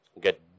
Get